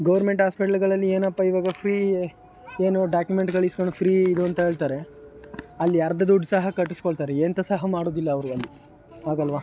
government ಆಸ್ಪೆಟ್ಲುಗಳಲ್ಲಿ ಏನಪ್ಪಾ ಈವಾಗ ಫ್ರೀ ಏನು ಡಾಕ್ಯುಮೆಂಟುಗಳು ಈಸ್ಕೊಂಡು ಫ್ರೀ ಇದು ಅಂತ ಹೇಳ್ತಾರೆ ಅಲ್ಲಿ ಅರ್ಧ ದುಡ್ಡು ಸಹ ಕಟ್ಟಿಸ್ಕೊಳ್ತಾರೆ ಎಂತ ಸಹ ಮಾಡುವುದಿಲ್ಲ ಅವರು ಅಲ್ಲಿ ಹೌದಲ್ವ